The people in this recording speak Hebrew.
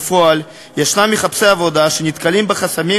בפועל יש מחפשי עבודה שנתקלים בחסמים